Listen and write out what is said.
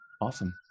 Awesome